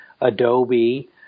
Adobe